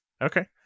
okay